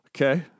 Okay